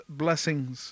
blessings